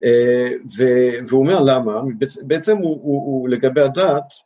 והוא אומר למה, בעצם הוא לגבי הדעת